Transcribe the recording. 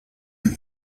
and